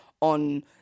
on